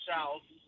South